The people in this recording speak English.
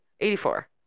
Eighty-four